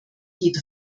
geht